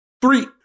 three